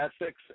ethics